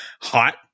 hot